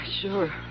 Sure